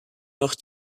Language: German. noch